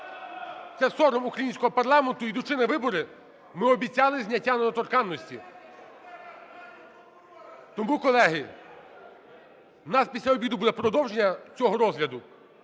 Це сором українського парламенту: йдучи на вибори, ми обіцяли зняття недоторканності. Тому, колеги, у нас після обіду буде продовження цього розгляду.